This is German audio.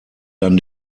dann